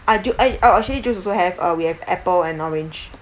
uh ju~ oh oh actually juice also have uh we have apple and orange